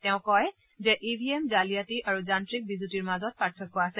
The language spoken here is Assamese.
তেওঁ কয় যে ই ভি এম জালিয়াতি আৰু যান্ত্ৰিক বিজুতিৰ মাজত পাৰ্থক্য আছে